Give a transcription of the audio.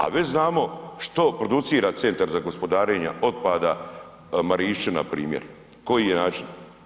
A već znamo što producira Centar za gospodarenje otpada Marišćina, primjer, koji je način?